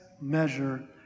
measure